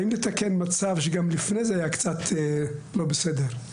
באים לתקן מצב שגם לפני זה היה קצת לא בסדר,